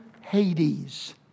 Hades